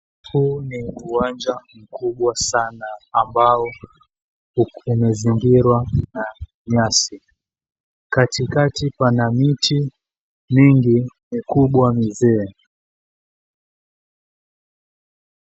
Huu ni uwanja mkubwa sana, ambao umezingirwa na nyasi. Katikati pana mti mingi mikubwa mizee.